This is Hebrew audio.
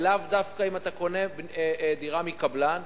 זה לאו דווקא אם אתה קונה דירה מקבלן,